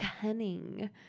cunning